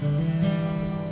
no